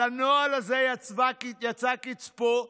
על הנוהל יצא קצפו,